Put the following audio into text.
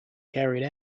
carried